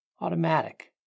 automatic